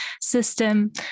system